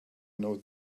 know